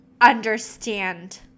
understand